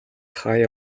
хааяа